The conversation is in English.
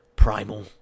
Primal